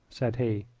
said he.